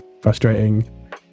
frustrating